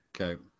Okay